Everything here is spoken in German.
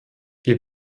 wir